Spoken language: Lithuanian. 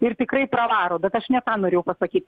ir tikrai pravaro bet aš ne tą norėjau pasakyt